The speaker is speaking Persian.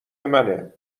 منه